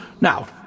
Now